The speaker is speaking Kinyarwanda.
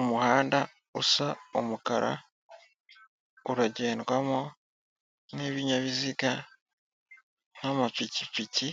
Umuhanda usa umukara uragendwamo n'ibinyabiziga nk'amapikipiki,